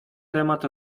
temat